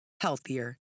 healthier